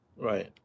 Right